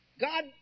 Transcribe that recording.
God